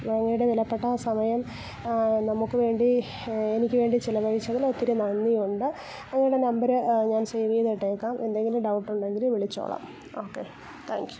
അങ്ങയുടെ വിലപ്പെട്ട സമയം നമുക്ക് വേണ്ടി എനിക്കു വേണ്ടി ചിലവഴിച്ചതില് ഒത്തിരി നന്ദിയുണ്ട് അങ്ങയുടെ നമ്പറ് ഞാൻ സേവ് ചെയ്ത് ഇട്ടേക്കാം എന്തെങ്കിലും ഡൗട്ടുണ്ടെങ്കില് വിളിച്ചോളാം ഓക്കെ താങ്ക്യൂ